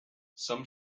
some